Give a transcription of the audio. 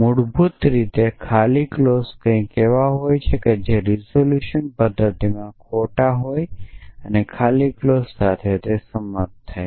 મૂળભૂત રીતે ખાલી ક્લોઝ કંઈક એવી હોય છે જે રીઝોલ્યુશન પદ્ધતિમાં ખોટા હોય ખાલી ક્લોઝ સાથે સમાપ્ત થાય છે